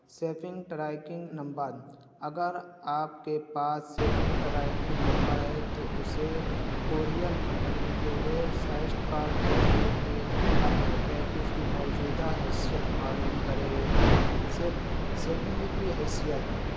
shipping tracking number اگر آپ کے پاس سپنگ ٹرائیکنگ نمبر ہے تو اسے کوریئل کمپنی کے ویبسائٹ پر درج کر کے اپنی پیکج کی موجودہ حیثیت معلوم کرے سپنگ کی حیثیت